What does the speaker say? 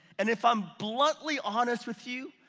and if i'm bluntly honest with you,